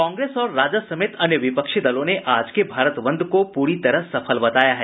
कांग्रेस और राजद समेत अन्य विपक्षी दलों ने आज के भारत बंद को पूरी तरह सफल बताया है